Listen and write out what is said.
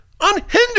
unhindered